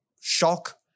shock